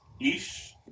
ish